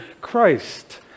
Christ